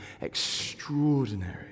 extraordinary